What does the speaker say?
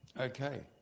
Okay